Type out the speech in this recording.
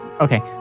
Okay